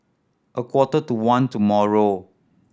a quarter to one tomorrow